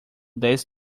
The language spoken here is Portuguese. dez